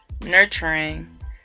nurturing